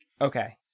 Okay